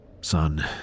son